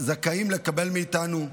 זכאים לקבל מאיתנו,